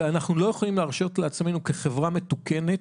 ואנחנו לא יכולים להרשות לעצמנו כחברה מתוקנת,